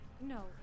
no